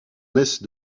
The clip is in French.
naissent